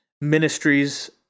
ministries